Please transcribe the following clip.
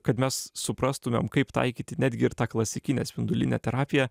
kad mes suprastumėm kaip taikyti netgi ir tą klasikinę spindulinę terapiją